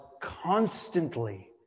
constantly